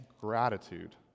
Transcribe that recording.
gratitude